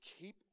keep